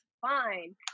fine